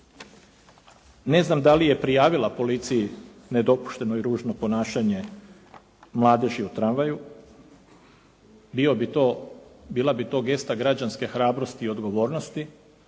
Ne znam da li je prijavila policiji nedopušteno i ružno ponašanje mladeži u tramvaju, bila bi to gesta građanske hrabrosti i odgovornosti,